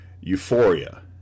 Euphoria